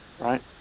right